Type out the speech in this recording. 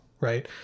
right